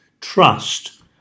trust